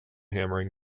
hammering